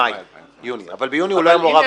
במאי 2015. אבל ביוני הוא לא היה מעורב.